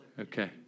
Okay